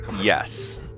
Yes